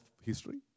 history